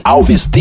Alves